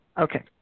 Okay